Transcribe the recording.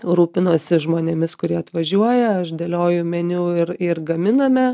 rūpinuosi žmonėmis kurie atvažiuoja aš dėlioju meniu ir ir gaminame